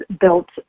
built